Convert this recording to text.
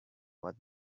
what